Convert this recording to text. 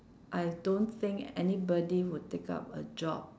I don't think anybody will take up a job